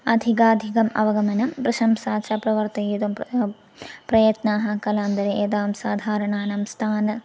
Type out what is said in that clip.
अधिकाधिकम् अवगमनं प्रसंशा च प्रवर्तयितुं प्र प्रयत्नाः कलान्तरे यदा साधारणानां स्थाने